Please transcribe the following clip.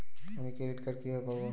আমি credit card কিভাবে পাবো?